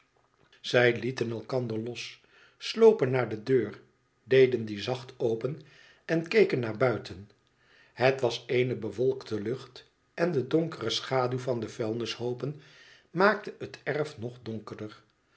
zij lieten elkander los slopen naar de deur deden die zacht open en keken naar buiten het was eene bewolkte lucht en de donkere schaduw van de vuilnishoopen maakte het erf nog donkerder